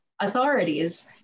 authorities